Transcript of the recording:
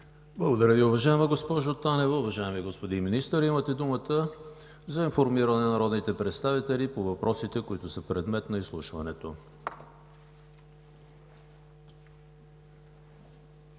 Благодаря Ви, уважаема госпожо Танева. Уважаеми господин Министър, имате думата да информирате народните представители по въпросите, които са предмет на изслушването.